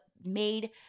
made